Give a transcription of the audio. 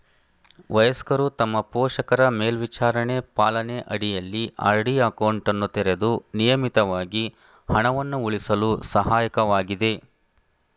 ವಯಸ್ಕರು ತಮ್ಮ ಪೋಷಕರ ಮೇಲ್ವಿಚಾರಣೆ ಪಾಲನೆ ಅಡಿಯಲ್ಲಿ ಆರ್.ಡಿ ಅಕೌಂಟನ್ನು ತೆರೆದು ನಿಯಮಿತವಾಗಿ ಹಣವನ್ನು ಉಳಿಸಲು ಸಹಾಯಕವಾಗಿದೆ